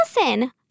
Listen